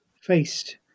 faced